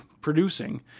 producing